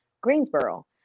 Greensboro